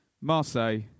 Marseille